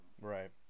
Right